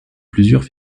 plusieurs